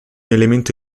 elemento